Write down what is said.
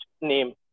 name